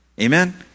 Amen